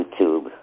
YouTube